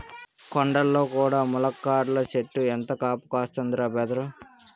కొండల్లో కూడా ములక్కాడల సెట్టు ఎంత కాపు కాస్తందిరా బదరూ